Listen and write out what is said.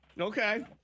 Okay